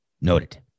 noted